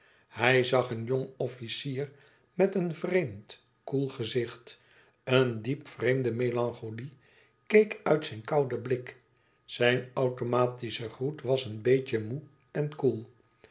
hij zag een jong officier met een vreemd koel gezicht een diep vreemde melancholie keek uit zijn kouden blik zijn automatische groet was een beetje moê en koel